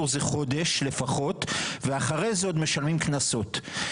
זה חודש לפחות ואחרי זה עוד משלמים קנסות.